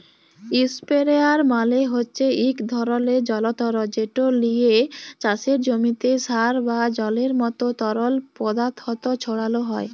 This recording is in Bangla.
ইসপেরেয়ার মালে হছে ইক ধরলের জলতর্ যেট লিয়ে চাষের জমিতে সার বা জলের মতো তরল পদাথথ ছড়ালো হয়